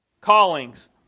callings